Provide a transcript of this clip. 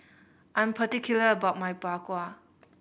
I'm particular about my Bak Kwa